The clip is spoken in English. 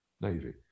Navy